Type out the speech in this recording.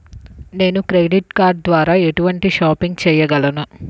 నేను credit card ద్వార ఎటువంటి షాపింగ్ చెయ్యగలను?